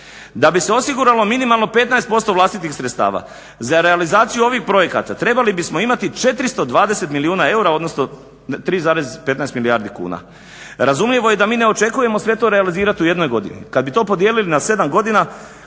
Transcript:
Da bi se osiguralo minimalno 15% vlastitih sredstava, za realizaciju ovih projekata trebali bi smo imati 420 milijuna eura, odnosno 3,15 milijardi kuna. Razumljivo je da mi ne očekujemo sve to realizirati u jednoj godini, kad bi to podijelili na 7 godina